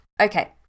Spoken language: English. Okay